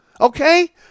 Okay